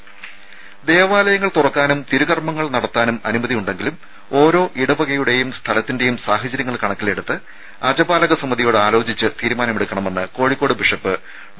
ദേശ ദേവാലയങ്ങൾ തുറക്കാനും തിരുക്കർമ്മങ്ങൾ നടത്താനും അനുമതി ഉണ്ടെങ്കിലും ഓരോ ഇടവകയുടെയും സ്ഥലത്തിന്റെയും സാഹചര്യങ്ങൾ കണക്കിലെടുത്ത് അജപാലക സമിതിയോട് ആലോചിച്ച് തീരുമാനമെടുക്കണമെന്ന് കോഴിക്കോട് ബിഷപ്പ് ഡോ